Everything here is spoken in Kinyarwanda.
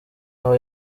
aho